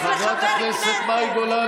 חברת הכנסת מאי גולן,